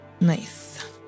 nice